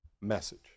message